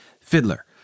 Fiddler